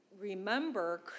remember